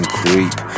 creep